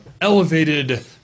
elevated